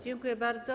Dziękuję bardzo.